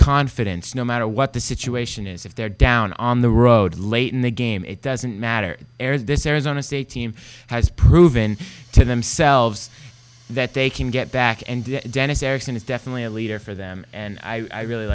confidence no matter what the situation is if they're down on the road late in the game it doesn't matter this arizona state team has proven to themselves that they can get back and dennis erickson is definitely a leader for them and i really